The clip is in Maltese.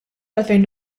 għalfejn